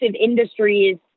industries